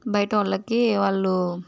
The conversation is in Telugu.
బయట వాళ్ళకి వాళ్ళు